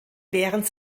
während